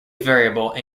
variable